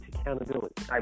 accountability